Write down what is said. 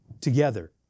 together